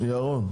ירון,